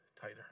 tighter